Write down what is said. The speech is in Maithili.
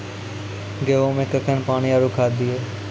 गेहूँ मे कखेन पानी आरु खाद दिये?